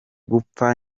gupfa